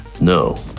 No